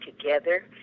together